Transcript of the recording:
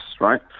Right